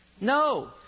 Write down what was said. No